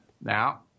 Now